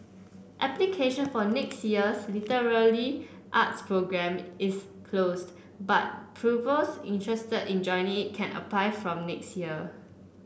application for next year's literary arts programme is closed but pupils interested in joining can apply from next year